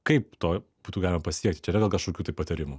kaip to būtų galima pasiekti čia yra gal kažkokių tai patarimų